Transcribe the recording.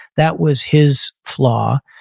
that was his flaw,